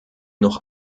noch